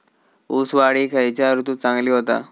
ऊस वाढ ही खयच्या ऋतूत चांगली होता?